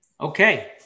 Okay